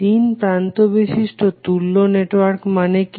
তিন প্রান্ত বিশিষ্ট তুল্য নেটওয়ার্ক মানে কি